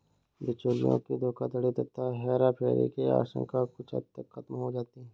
बिचौलियों की धोखाधड़ी तथा हेराफेरी की आशंका कुछ हद तक खत्म हो जाती है